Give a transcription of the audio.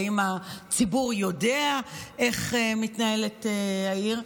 האם הציבור יודע איך מתנהלת העיר?